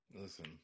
Listen